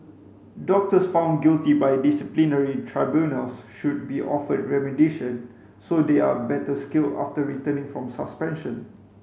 doctors found guilty by disciplinary tribunals should be offered remediation so they are better skilled after returning from suspension